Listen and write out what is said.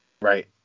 Right